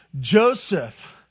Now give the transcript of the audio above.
Joseph